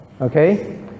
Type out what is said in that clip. okay